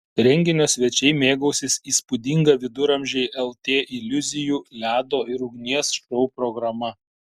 renginio svečiai mėgausis įspūdinga viduramžiai lt iliuzijų ledo ir ugnies šou programa